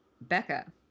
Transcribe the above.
Becca